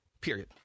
period